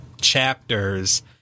chapters